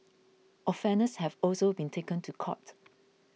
offenders have also been taken to court